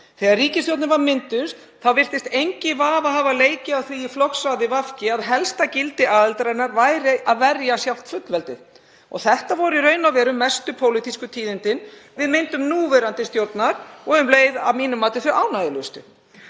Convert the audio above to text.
Þegar ríkisstjórnin var mynduð virtist enginn vafi hafa leikið á því í flokksráði VG að helsta gildi aðildarinnar væri að verja sjálft fullveldið. Það voru í raun og veru mestu pólitísku tíðindin við myndun núverandi stjórnar og um leið, að mínu mati, þau ánægjulegustu.